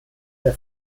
der